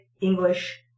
English